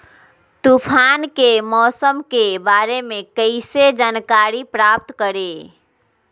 तूफान के मौसम के बारे में कैसे जानकारी प्राप्त करें?